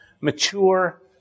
mature